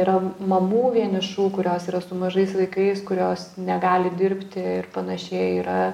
yra mamų vienišų kurios yra su mažais vaikais kurios negali dirbti ir panašiai yra